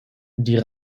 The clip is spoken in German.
die